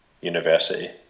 university